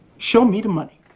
show me the money.